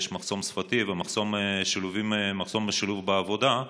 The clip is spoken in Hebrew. יש מחסום שפתי ומחסום בשילוב בעבודה,